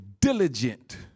diligent